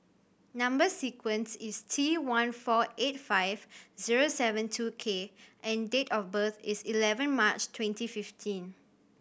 number sequence is T one four eight five zero seven two K and date of birth is eleven March twenty fifteen